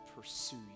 pursue